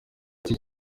ati